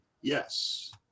yes